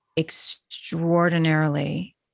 Extraordinarily